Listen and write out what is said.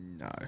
No